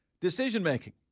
decision-making